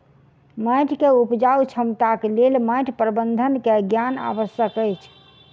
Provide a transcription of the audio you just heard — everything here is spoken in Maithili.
माइट के उपजाऊ क्षमताक लेल माइट प्रबंधन के ज्ञान आवश्यक अछि